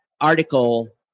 article